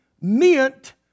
meant